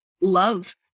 love